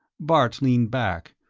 bart leaned back,